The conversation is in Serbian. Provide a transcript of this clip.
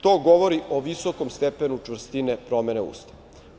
To govori o visokom stepenu čvrstine promene Ustava.